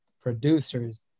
Producers